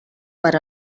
per